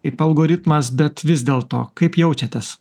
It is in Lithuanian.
ir algoritmas bet vis dėlto kaip jaučiatės